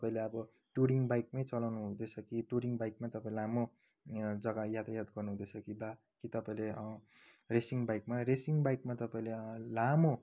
तपाईँले अब touring bike नै चलाउनु हुँदैछ कि टुरिङ बाइकमै तपाईँ लामो जग्गा यातायात गर्नुहुँदैछ कि वा कि तपाईँले रेसिङ बाइकमा रेसिङ बाइकमा तपाईँले लामो